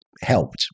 helped